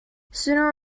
sooner